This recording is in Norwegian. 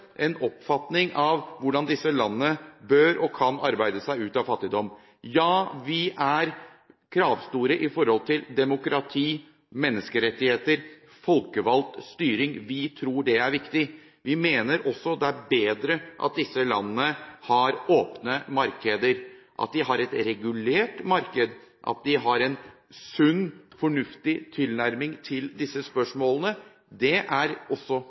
en oppfatning om hvordan disse landene bør og kan arbeide seg ut av fattigdom. Ja, vi er kravstore når det gjelder demokrati, menneskerettigheter og folkevalgt styring. Vi tror det er viktig. Vi mener også at det er bedre at disse landene har åpne markeder, at de har et regulert marked. At de har en sunn, fornuftig tilnærming til disse spørsmålene, er også